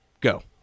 Go